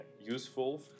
useful